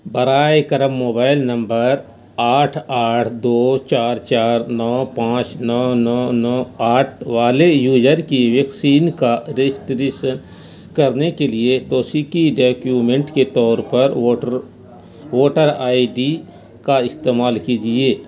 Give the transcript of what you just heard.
برائے کرم mobile number آٹھ آٹھ دو چار چار نو پانچ نو نو نو آٹھ والے یوجر کی ویکسین کا رجسٹریشن کرنے کے لیے توثیقی ڈیکیومنٹ کے طور پر ووٹر ووٹر آئی ڈی کا استعمال کیجیے